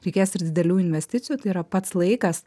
reikės ir didelių investicijų tai yra pats laikas